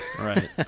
right